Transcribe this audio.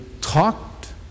talked